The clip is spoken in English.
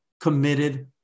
committed